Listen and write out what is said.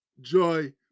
joy